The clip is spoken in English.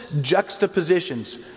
juxtapositions